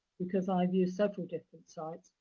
because i've used several different sites,